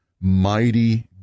Mighty